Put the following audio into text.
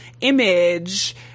image